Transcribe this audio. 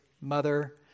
mother